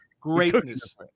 greatness